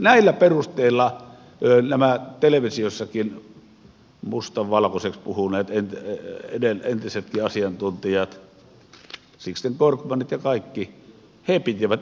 näillä perusteilla nämä televisiossakin mustan valkoiseksi puhuneet entisetkin asiantuntijat sixten korkmanit ja kaikki pitivät epätodennäköisinä näitä